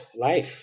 life